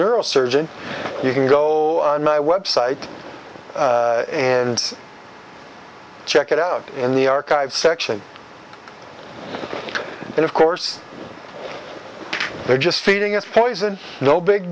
neurosurgeon you can go on my website and check it out in the archives section and of course they're just feeding us poison no big